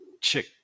chick